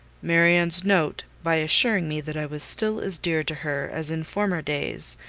marianne's note, by assuring me that i was still as dear to her as in former days,